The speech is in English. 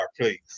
please